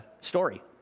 story